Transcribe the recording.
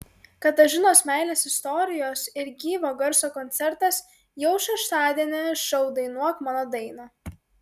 katažinos meilės istorijos ir gyvo garso koncertas jau šeštadienį šou dainuok mano dainą